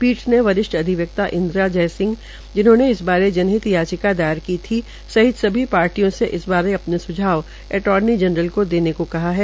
पीठ ने वरिष्ठ अधिवक्ता इन्दिरा जयसिंह जिन्होंने इस बारे जनहित याचिका दायर थी सहित स्भी पार्टियों से इस बारे अपने स्झाव अर्टानी जनरल देने को कहा है